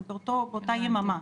אז זה באותה יממה,